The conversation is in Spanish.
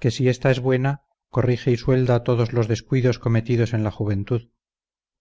que si esta es buena corrige y suelda todos los descuidos cometidos en la juventud